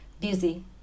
busy